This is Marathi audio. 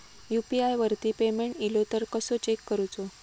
यू.पी.आय वरती पेमेंट इलो तो कसो चेक करुचो?